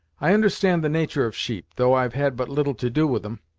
i understand the natur' of sheep, though i've had but little to do with em,